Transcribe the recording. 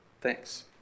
Thanks